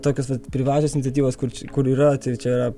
tokios privačios iniciatyvos kur č kur yra tai čia